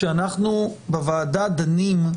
כשאנחנו בוועדה דנים,